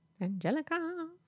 angelica